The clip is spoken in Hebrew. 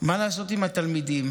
מה לעשות עם התלמידים,